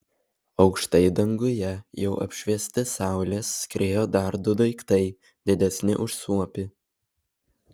aukštai danguje jau apšviesti saulės skriejo dar du daiktai didesni už suopį